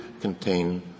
contain